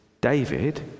David